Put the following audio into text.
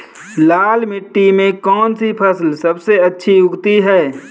लाल मिट्टी में कौन सी फसल सबसे अच्छी उगती है?